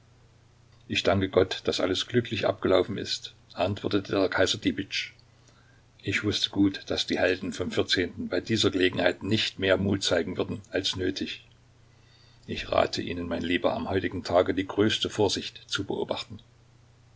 ich danke gott daß alles glücklich abgelaufen ist antwortete der kaiser dibitsch ich wußte gut daß die helden vom vierzehnten bei dieser gelegenheit nicht mehr mut zeigen würden als nötig ich rate ihnen mein lieber am heutigen tage die größte vorsicht zu beobachten